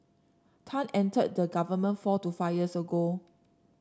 Tan entered the government four to five years ago